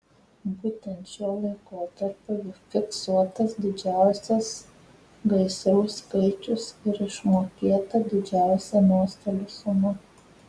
būtent šiuo laikotarpiu fiksuotas didžiausias gaisrų skaičius ir išmokėta didžiausia nuostolių suma